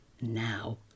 Now